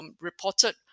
reported